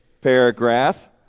paragraph